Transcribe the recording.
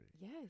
Yes